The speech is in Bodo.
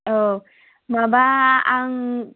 औ माबा आं